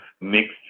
mixed